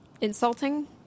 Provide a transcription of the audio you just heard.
Insulting